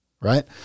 right